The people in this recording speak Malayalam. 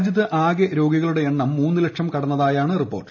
രാജ്യത്ത് ആകെ രോഗികളുടെ എണ്ണം മൂന്ന് ലക്ഷം കടന്നതായാണ് റിപ്പോർട്ട്